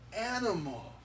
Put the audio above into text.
animal